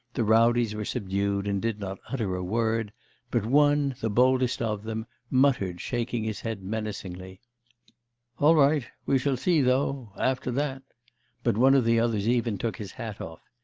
the rowdies were subdued and did not utter a word but one, the boldest of them, muttered, shaking his head menacingly all right. we shall see though. after that' but one of the others even took his hat off.